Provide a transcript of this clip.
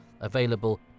available